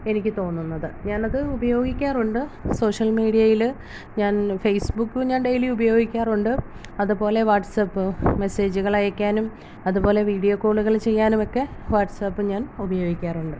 എനിക്ക് തോന്നുന്നത് ഞാനത് ഉപയോഗിക്കാറുണ്ട് സോഷ്യൽ മീഡിയയില് ഞാൻ ഫേസ്ബുക്കും ഞാൻ ഡെയിലി ഉപയോഗിക്കാറുണ്ട് അതുപോലെ വാട്സാപ്പ് മെസ്സേജുകൾ അയക്കാനും അതുപോലെ വീഡിയോ കോളുകള് ചെയ്യാനുമൊക്കെ വാട്സാപ്പ് ഞാൻ ഉപയോഗിക്കാറുണ്ട്